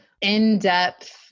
in-depth